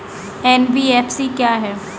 NBFC क्या है?